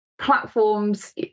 platforms